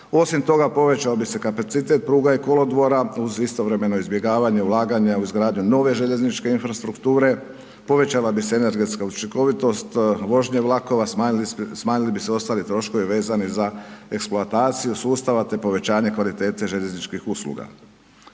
osim toga povećao bi se kapacitet pruga i kolodvora uz istovremeno izbjegavanje ulaganja u izgradnju nove željezničke infrastrukture, povećala bi se energetska učinkovitost vožnje vlakova, smanjili bi se ostali troškovi vezani za eksploataciju sustava te povećanje kvalitete željezničkih usluga.